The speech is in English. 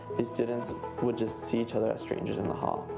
then students would just see each other as strangers in the hall.